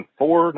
four